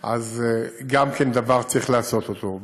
אז זה גם דבר שצריך לעשות אותו.